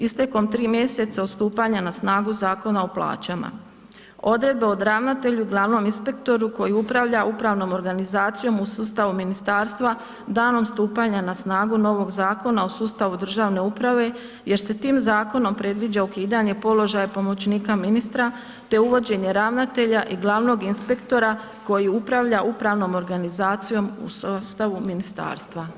Istekom tri mjeseca od stupanja na snagu Zakona o plaćama, odredbe o ravnatelju i glavnom inspektoru koji upravlja upravnom organizacijom u sustavu ministarstva danom stupanja na snagu novog Zakona o sustavu državne uprave jer se tim zakonom predviđa ukidanje položaja pomoćnika ministra te uvođenje ravnatelja i glavnog inspektora koji upravlja upravnom organizacijom u sastavu ministarstva.